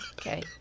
Okay